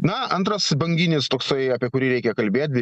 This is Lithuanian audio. na antras banginis toksai apie kurį reikia kalbėt be